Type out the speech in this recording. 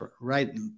right